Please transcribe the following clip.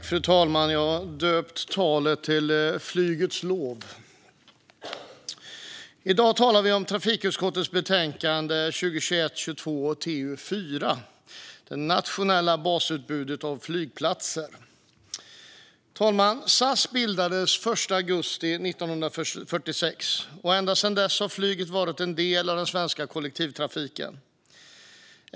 Fru talman! Jag har döpt talet till "Flygets lov". I dag talar vi om trafikutskottets betänkande 2021/22:TU4 Det natio nella basutbudet av flygplatser . Fru talman! SAS bildades den 1 augusti 1946, och ända sedan dess har flyget varit en del av den svenska kollektivtrafiken.